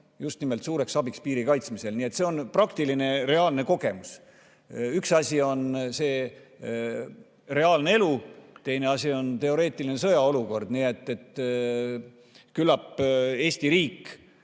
Just nimelt suureks abiks piiri kaitsmisel. See on praktiline reaalne kogemus. Üks asi on reaalne elu, teine asi on teoreetiline sõjaolukord. Nii et küllap Eesti riik